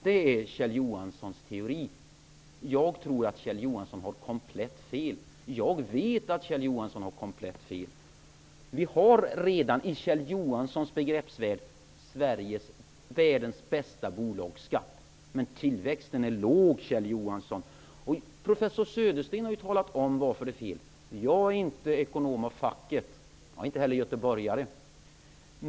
Detta är Kjell Johanssons teori. Jag tror att Kjell Johansson har komplett fel. Jag vet att Kjell Johansson har komplett fel. Vi har redan i Kjell Johanssons begreppsvärld världens bästa bolagsskatt. Men tillväxten är låg, Kjell Johansson. Professor Södersten har ju talat om varför det är fel. Jag är inte ekonom av facket. Jag är inte heller göteborgare.